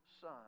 son